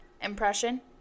impression